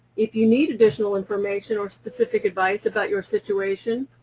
if you need additional information or specific advice about your situation,